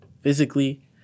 physically